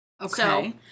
Okay